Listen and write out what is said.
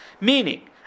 Meaning